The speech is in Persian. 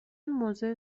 موضع